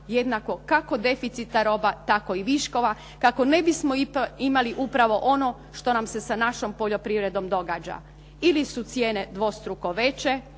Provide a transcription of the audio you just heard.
jednako kako deficita roba, tako i viškova kako ne bismo upravo imali ono što nam se sa našom poljoprivrednom događa. Ili su cijene dvostruko veće,